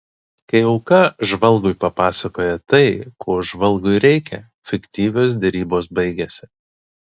kai auka žvalgui papasakoja tai ko žvalgui reikia fiktyvios derybos baigiasi